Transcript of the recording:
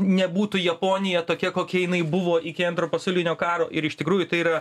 nebūtų japonija tokia kokia jinai buvo iki antro pasaulinio karo ir iš tikrųjų tai yra